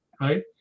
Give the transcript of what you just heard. right